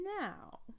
now